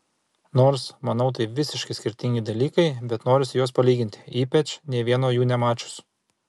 nors manau tai visiškai skirtingi dalykai bet norisi juos palyginti ypač nė vieno jų nemačius